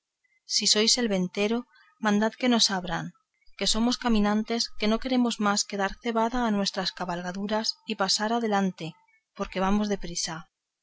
si sois el ventero mandad que nos abran que somos caminantes que no queremos más de dar cebada a nuestras cabalgaduras y pasar adelante porque vamos